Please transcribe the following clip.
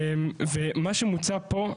ומה שמוצע פה,